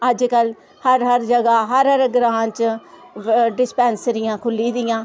हर हर जगह हर हर ग्रांऽ च डिसपैंसरियां खु'ल्ली दियां